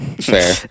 Fair